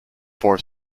four